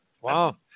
Wow